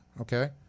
Okay